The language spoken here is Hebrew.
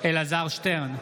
אלעזר שטרן,